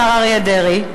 השר אריה דרעי.